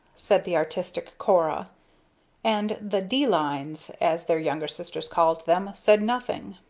said the artistic cora and the de-lines, as their younger sisters called them, said nothing.